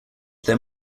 there